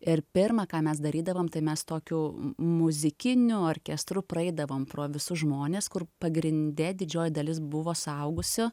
ir pirma ką mes darydavom tai mes tokiu muzikiniu orkestru praeidavom pro visus žmones kur pagrinde didžioji dalis buvo suaugusių